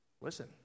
listen